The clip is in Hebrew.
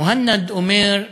מוהנד אומר,